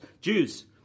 Jews